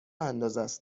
اندازست